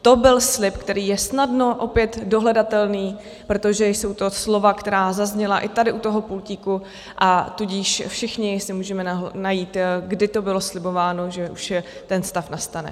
To byl slib, který je snadno opět dohledatelný, protože jsou to slova, která zazněla i tady u toho pultíku, a tudíž si je všichni můžeme najít, kdy to bylo slibováno, že ten stav nastane.